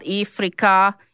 Africa